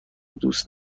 دوست